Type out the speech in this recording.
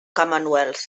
commonwealth